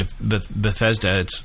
Bethesda